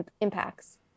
impacts